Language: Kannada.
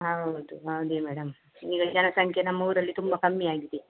ಹೌದು ಹಾಗೆ ಮೇಡಮ್ ಈಗ ಜನಸಂಖ್ಯೆ ನಮ್ಮ ಊರಲ್ಲಿ ತುಂಬ ಕಮ್ಮಿಯಾಗಿದೆ